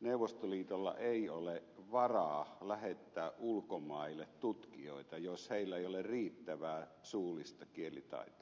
neuvostoliitolla ei ole varaa lähettää ulkomaille tutkijoita jos heillä ei ole riittävää suullista kielitaitoa